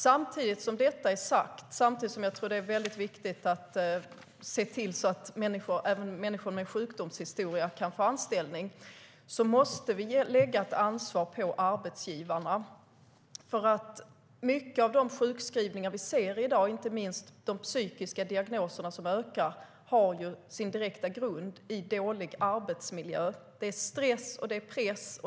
Jag tror att det är viktigt att se till att även människor med sjukdomshistoria kan få anställning. Samtidigt måste vi lägga ett ansvar på arbetsgivarna. Mycket av de sjukskrivningar vi ser i dag, inte minst de psykiska diagnoserna som ökar, har sin direkta grund i dålig arbetsmiljö. Det är stress och press.